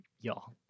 y'all